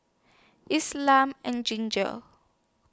Islam and Ginger